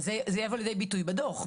אבל זה יבוא לידי ביטוי בדוח.